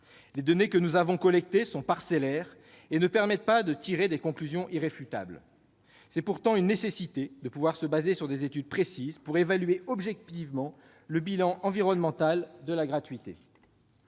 Les données que nous avons collectées sont parcellaires et ne permettent pas de tirer des conclusions irréfutables. C'est pourtant une nécessité de pouvoir se fonder sur des études précises pour évaluer objectivement le bilan environnemental de la gratuité.